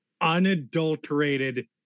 unadulterated